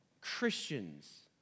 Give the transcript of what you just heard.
Christians